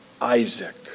Isaac